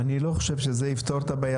אני לא חושב שזה יפתור את הבעיה.